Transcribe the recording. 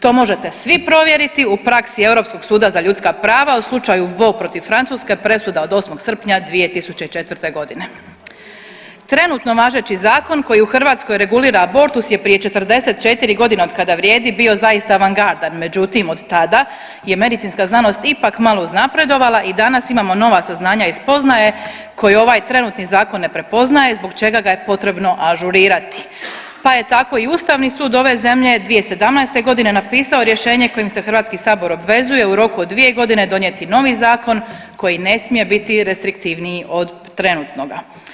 To možete svi provjeriti u praksi Europskog suda za ljudska prava u slučaju Vo protiv Francuske, presuda od 8. srpnja 2004. g. Trenutno važeći zakon koji u Hrvatskoj regulira abortus je prije 44 godina od kada vrijedi bio zaista avangardan, međutim, od tada je medicinska znanost ipak malo uznapredovala i danas imamo nova saznanja i spoznaje koje ovaj trenutni zakon ne prepoznaje i zbog čega je potrebno ažurirati pa je tako i Ustavni sud ove zemlje 2017. g. napisao rješenje kojim se HS obvezuje u roku od 2 godine donijeti novi zakon koji ne smije biti restriktivniji od trenutnoga.